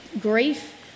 grief